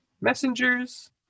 messengers